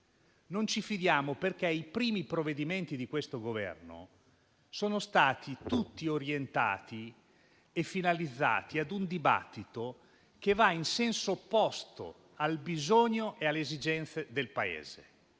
Non ci fidiamo perché i primi provvedimenti di questo Governo sono stati tutti orientati e finalizzati a un dibattito che va in senso opposto al bisogno e alle esigenze del Paese.